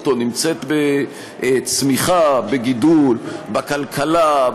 נמצאת בצמיחה: בגידול בכלכלה,